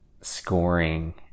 scoring